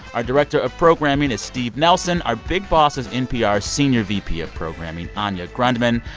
our director of programming is steve nelson. our big boss is npr's senior vp of programming, anya grundmann.